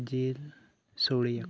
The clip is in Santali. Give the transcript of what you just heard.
ᱡᱤᱞ ᱥᱚᱲᱮᱭᱟᱠᱚ